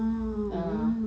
mm ah ah